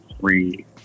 free